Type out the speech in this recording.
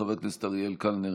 חבר הכנסת אריאל קלנר,